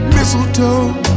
Mistletoe